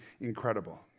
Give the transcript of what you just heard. incredible